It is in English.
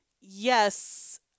yes